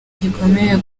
gikomeye